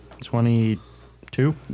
Twenty-two